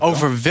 Over